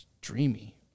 dreamy